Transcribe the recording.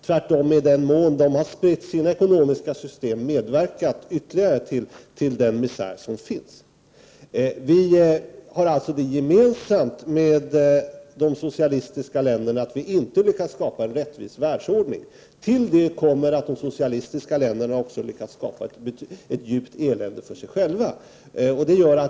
Tvärtom har de, i den mån de har spridit sina ekonomiska system, medverkat ytterligare till den misär som finns. Vi har alltså det gemensamt med de socialistiska länderna att vi inte har lyckats skapa en rättvis världsordning. Till det kommer att de socialistiska länderna också har lyckats skapa ett djupt elände för sig själva.